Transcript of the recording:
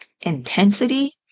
intensity